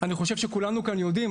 אני חושב שכולנו כאן יודעים,